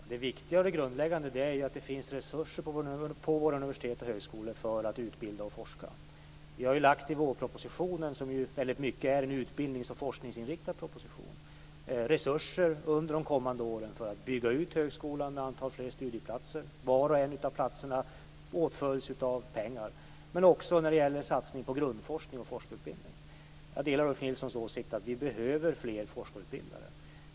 Fru talman! Det viktiga och grundläggande är att det finns resurser på våra universitet och högskolor för att utbilda och forska. Vi har i vårpropositionen, som i mycket är en utbildnings och forskningsinriktad proposition, föreslagit resurser under de kommande åren för att bygga ut högskolan med ett antal nya studieplatser. Var och en av platserna åtföljs av pengar. Det sker också en satsning på grundforskning och forskarutbildning. Jag delar Ulf Nilssons åsikt att vi behöver fler forskarutbildade.